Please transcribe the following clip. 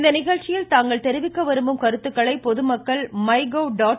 இந்நிகழ்ச்சியில் தாங்கள் தெரிவிக்க விரும்பும் கருத்துக்களை பொதுமக்கள் அலபழஎ